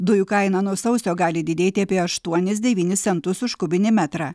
dujų kaina nuo sausio gali didėti apie aštuonis devynis centus už kubinį metrą